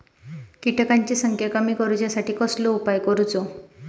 किटकांची संख्या कमी करुच्यासाठी कसलो उपाय करूचो?